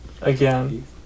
again